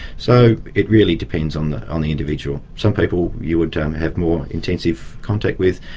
so it really depends on the on the individual. some people you would have more intensive contact with,